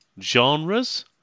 genres